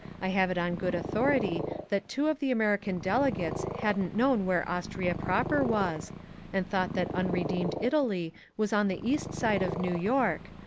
i have it on good authority that two of the american delegates hadn't known where austria proper was and thought that unredeemed italy was on the east side of new york,